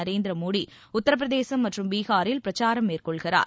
நரேந்திர மோடி உத்தரபிரதேசம் மற்றும் பீகாரில் பிரச்சாரம் மேற்கொள்கிறார்